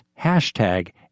hashtag